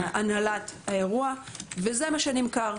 הנהלת האירוע וזה מה שנמכר.